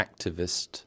activist